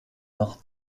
noch